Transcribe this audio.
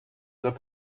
that